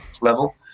level